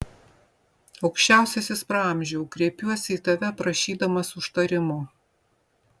aukščiausiasis praamžiau kreipiuosi į tave prašydamas užtarimo